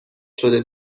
شده